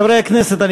חברי הכנסת,